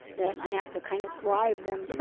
that i have to kind of bribe them to